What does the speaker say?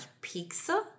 Pizza